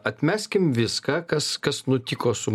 atmeskim viską kas kas nutiko su